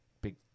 big